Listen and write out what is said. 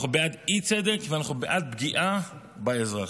אנחנו בעד אי-צדק ואנחנו בעד פגיעה באזרח.